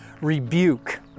rebuke